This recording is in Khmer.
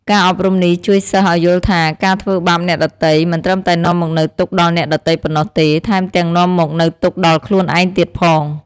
ការអប់រំនេះជួយសិស្សឲ្យយល់ថា ការធ្វើបាបអ្នកដទៃ មិនត្រឹមតែនាំមកនូវទុក្ខដល់អ្នកដទៃប៉ុណ្ណោះទេ ថែមទាំងនាំមកនូវទុក្ខដល់ខ្លួនឯងទៀតផង។